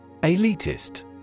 Elitist